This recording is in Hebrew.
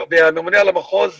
והממונה על המחוז אצלנו,